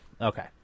Okay